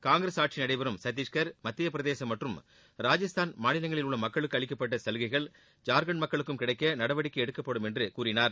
காங்கிரஸ் ஆட்சி நடடபெறும் சுட்டீஸ்கர் மத்திய பிரதேசம் மற்றும் ராஜஸ்தான் மாநிலங்களில் உள்ள மக்களுக்கு அளிக்கப்பட்ட சலுகைகள் ஜார்கண்ட் மக்களுக்கும் கிடைக்க நடவடிக்கை எடுக்கப்படும் என்று கூறினார்